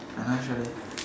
I not sure leh